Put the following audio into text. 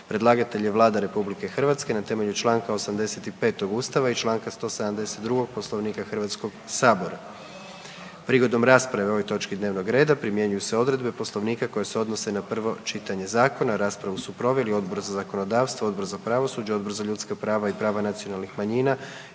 Predlagatelj je Vlada RH na temelju Članka 85. Ustava i Članka 172. Poslovnika Hrvatskog sabora. Prigodom rasprave o ovoj točki dnevnog reda primjenjuju se odredbe Poslovnika koje se odnose na prvo čitanje zakona. Raspravu su proveli Odbor za zakonodavstvo, Odbor za pravosuđe, Odbor za ljudska prava i prava nacionalnih manjina